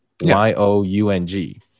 Y-O-U-N-G